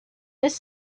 this